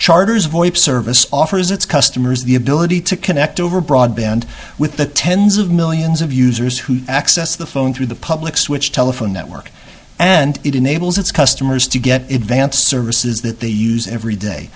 charters voip service offers its customers the ability to connect over broadband with the tens of millions of users who access the phone through the public switch telephone network and it enables its customers to get advanced services that they use every day